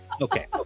okay